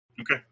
Okay